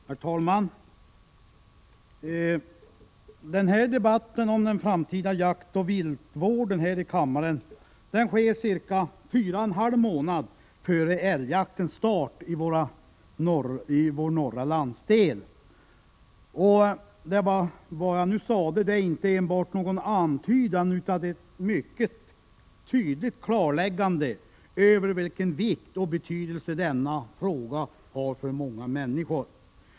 Herr talman! Denna debatt om den framtida jaktoch viltvården äger rum här i kammaren ca fyra och en halv månad före älgjaktens start i vår norra landsdel. Vad jag nu sade är inte enbart någon antydan utan ett mycket tydligt klarläggande av vilken vikt och betydelse denna fråga har för många människor.